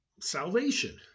salvation